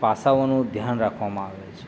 પાસાઓનું ધ્યાન રાખવામાં આવે છે